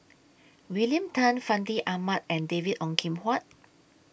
William Tan Fandi Ahmad and David Ong Kim Huat